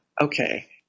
okay